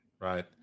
Right